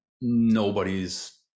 Nobody's